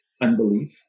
unbelief